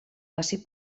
passi